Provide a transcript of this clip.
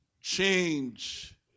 change